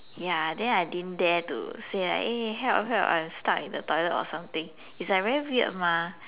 ya then I didn't dare to say like eh help help I'm stuck in the toilet or something it's like very weird mah